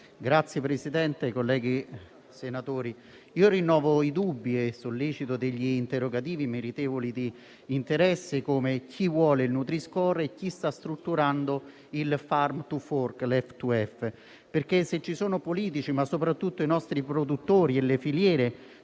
Signor Presidente, colleghi senatori, rinnovo i dubbi e sollecito gli interrogativi meritevoli di interesse come chi vuole il nutri-score e chi sta strutturando il Farm to fork. Se ci sono politici, ma soprattutto i nostri produttori e le filiere,